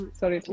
sorry